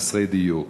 חסרי דיור.